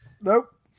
Nope